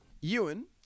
Ewan